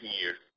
years